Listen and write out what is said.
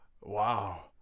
Wow